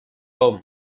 home